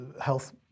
Health